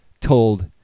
told